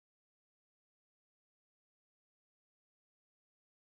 no no uh I got two older cousin Ka-Man's age